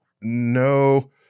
no